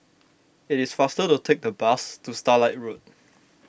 it is faster to take the bus to Starlight Road